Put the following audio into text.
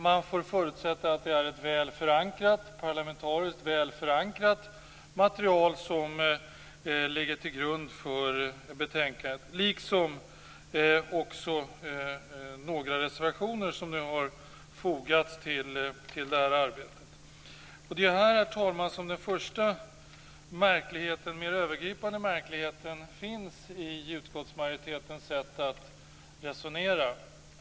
Man får förutsätta att det är ett parlamentariskt väl förankrat material som ligger till grund för betänkandet liksom också några reservationer som har fogats till detta. Det är här, herr talman, som den första mer övergripande märkligheten finns i utskottsmajoritetens sätt att resonera.